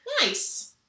Nice